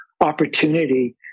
opportunity